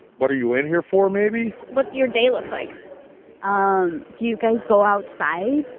what are you in here for, maybe what your day looks like um. do you guys go outside?